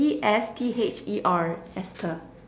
E_S_T_H_E_R Esther